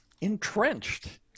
entrenched